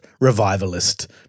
revivalist